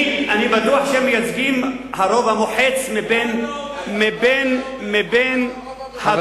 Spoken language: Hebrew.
ואני בטוח שהם מייצגים את הרוב המוחץ של הדור הזה.